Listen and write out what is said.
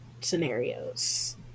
scenarios